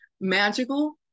magical